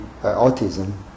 autism